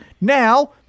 Now